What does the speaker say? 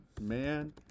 man